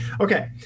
Okay